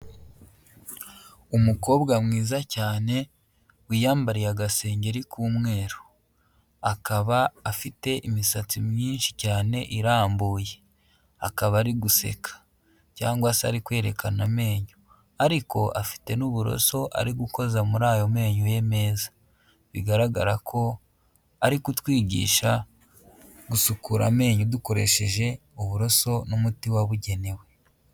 Umukobwa mwiza cyane wiyambariye agasengeri k'umweru. Akaba afite imisatsi myinshi cyane irambuye. Akaba ari guseka cyangwa se ari kwerekana amenyo. Ariko afite n'uburoso ari gukoza muri ayo menyo ye meza. Bigaragara ko ari kutwigisha gusukura amenyo dukoresheje uburoso n'umuti wabugenewe.